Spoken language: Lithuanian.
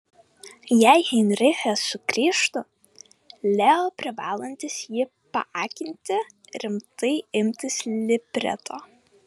jei heinrichas sugrįžtų leo privalantis jį paakinti rimtai imtis libreto